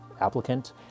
applicant